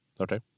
Okay